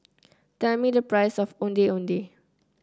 tell me the price of Ondeh Ondeh